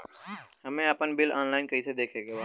हमे आपन bill online देखे के बा?